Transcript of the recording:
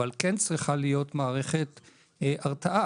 אבל כן צריכה להיות מערכת הרתעה.